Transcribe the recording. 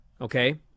okay